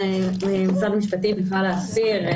זה צו משפטי בכלל להסיר,